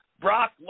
Brock